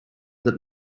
that